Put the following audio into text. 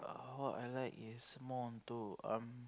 what I like is more onto um